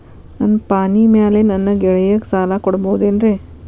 ನನ್ನ ಪಾಣಿಮ್ಯಾಲೆ ನನ್ನ ಗೆಳೆಯಗ ಸಾಲ ಕೊಡಬಹುದೇನ್ರೇ?